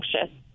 anxious